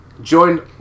joined